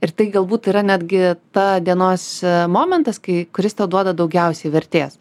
ir tai galbūt yra netgi ta dienos momentas kai kuris tau duoda daugiausiai vertės